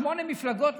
שמונה מפלגות,